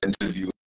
interview